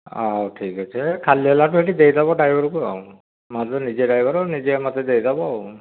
ହେଉ ଠିକ୍ ଅଛି ଏ ଖାଲି ହେଲାଠୁ ଦେଇ ଦେବ ଡ୍ରାଇଭରକୁ ଆଉ ମୁଁ ତ ନିଜେ ଡ୍ରାଇଭର ନିଜେ ମୋତେ ଦେଇ ଦେବ ଆଉ